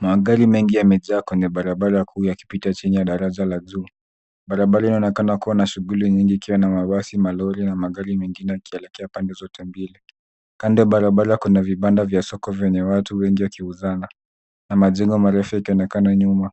Magari mengi yamejaa kwenye barabara kuu yakipita chini ya daraja la juu. Barabara inaonekana kuwa na shughuli nyingi ikiwa na mabasi, malori na magari mengine yakielekea pande zote mbili. Kando ya barabara kuna vibanda vya soko vyenye watu wengi wakiuza, na majina marefu yakionekana nyuma.